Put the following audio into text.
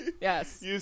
Yes